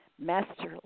masterly